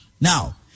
Now